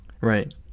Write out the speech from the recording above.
right